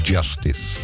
Justice